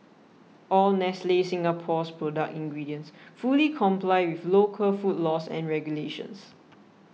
all Nestle Singapore's product ingredients fully comply with local food laws and regulations